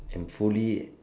and fully